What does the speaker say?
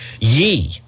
ye